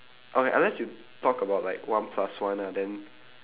okay unless you talk about like one plus one lah then